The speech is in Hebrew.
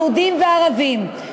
יהודים וערבים,